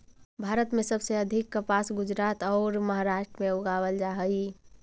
भारत में सबसे अधिक कपास गुजरात औउर महाराष्ट्र में उगावल जा हई